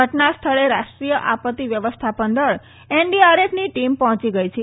ઘટના સ્થળે રાષ્ટ્રીય આપત્તિ વ્યવસ્થાપન દળ એનડીઆરએફની ટીમ પહોંચી ગઈ છે